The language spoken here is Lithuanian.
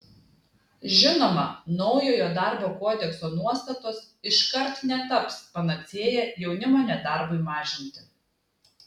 žinoma naujojo darbo kodekso nuostatos iškart netaps panacėja jaunimo nedarbui mažinti